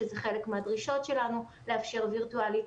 שזה חלק מהדרישות שלנו לאפשר וירטואלי.